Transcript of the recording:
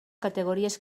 categories